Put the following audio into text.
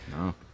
no